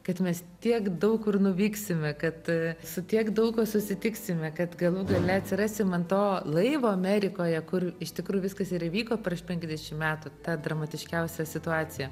kad mes tiek daug kur nuvyksime kad su tiek daug ko susitiksime kad galų gale atsirasim ant to laivo amerikoje kur iš tikrųjų viskas ir įvyko prieš penkiasdešim metų ta dramatiškiausia situacija